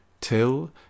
till